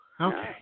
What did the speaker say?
Okay